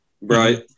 Right